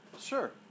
Sure